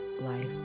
life